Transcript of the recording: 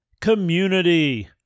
Community